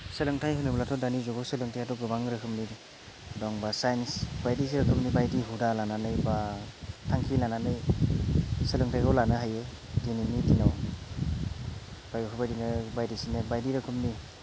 सोलोंथाय होनोब्लाथ' दानि जुगाव सोलोंथायआथ' गोबां रोखोमनि दं बा साइन्स बायदि जि रोखोमनि बायदि हुदा लानानै बा थांखि लानानै सोलोंथायखौ लानो हायो दिनैनि दिनाव बा बेफोरबायदिनो बायदिसिना बायदि रोखोमनि